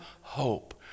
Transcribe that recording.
hope